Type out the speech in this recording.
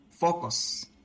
focus